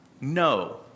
no